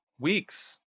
weeks